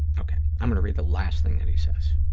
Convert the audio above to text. okay, i'm going to read the last thing that he says.